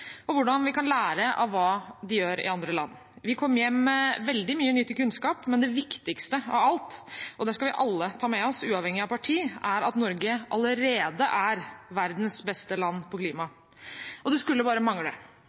og hvordan vi kan lære av hva de gjør i andre land. Vi kom hjem med veldig mye nyttig kunnskap, men det viktigste av alt – og det skal vi alle ta med oss, uavhengig av parti – er at Norge allerede er verdens beste land når det gjelder klima. Og det skulle bare mangle.